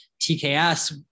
TKS